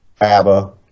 ABBA